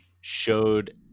showed